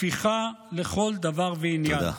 הפיכה לכל דבר ועניין.